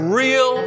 real